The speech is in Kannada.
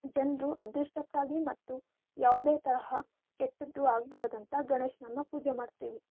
ಜನರು ಅದೃಷ್ಟಕ್ಕಾಗಿ ಮತ್ತು ಯಾವುದೇ ತರಹ ಕೆಟ್ಟದ್ದು ಆಗ್ಬಾರ್ದು ಅಂತ ಗಣೇಶನನ್ನು ಪೂಜೆ ಮಾಡ್ತೀವಿ